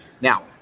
now